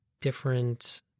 different